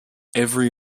every